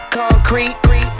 concrete